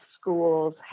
schools